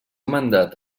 mandat